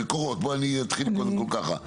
כי מקורות, בואו אני אתחיל קודם כל ככה.